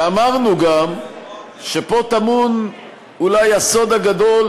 ואמרנו גם שפה טמון אולי הסוד הגדול